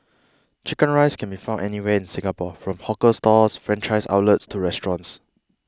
Chicken Rice can be found anywhere in Singapore from hawker stalls franchised outlets to restaurants